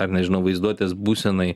ar nežinau vaizduotės būsenai